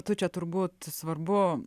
tu čia turbūt svarbu